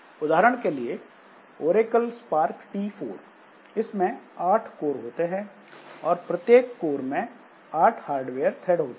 उदाहरण के लिए ओरेकल स्पार्क टी 4 इसमें 8 कोर होते हैं और प्रत्येक कोर में 8 हार्डवेयर थ्रेड होते हैं